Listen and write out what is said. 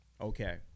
Okay